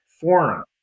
forum